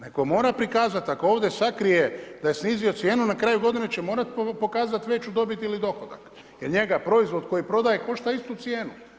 Netko mora prikazati, ako ovdje sakrije, da je snizio cijenu, na kraju godine će morati pokazati veću dobit ili dohodak, jer njega proizvod koji prodaje košta istu cijenu.